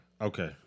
Okay